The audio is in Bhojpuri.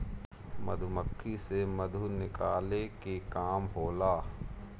मधुमक्खी से मधु निकाले के काम होला